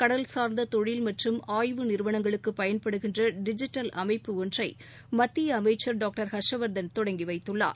கடல் சார்ந்த தொழில் மற்றும் ஆய்வு நிறுவனங்களுக்கு பயன்படுகின்ற டிஜிட்டல் அமைப்பு ஒன்றை மத்திய அமைச்சர் டாக்டர் ஹர்ஷவர்தன் தொடங்கி வைத்துள்ளார்